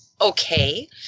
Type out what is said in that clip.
okay